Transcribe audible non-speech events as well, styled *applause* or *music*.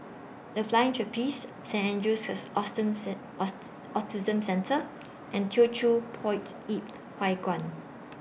The Flying Trapeze Saint Andrew's *unintelligible* Autism Centre and Teochew Poit Ip Huay Kuan